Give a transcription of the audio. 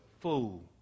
fool